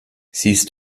siehst